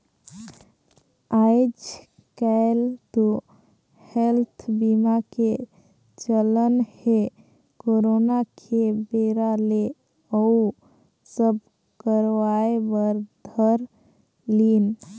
आएज काएल तो हेल्थ बीमा के चलन हे करोना के बेरा ले अउ सब करवाय बर धर लिन